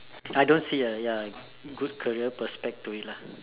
I don't see a ya good career prospect to it lah